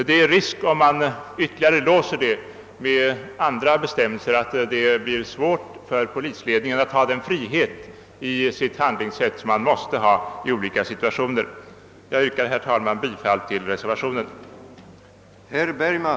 Om man låser förfarandet ytterligare vid andra bestämmelser är det stor risk för att polisledningen inte får den frihet i sitt handlingssätt som den måste ha i olika situationer. Herr talman! Jag yrkar bifall till reservationen.